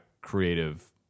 creative